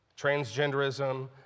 transgenderism